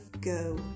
go